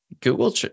Google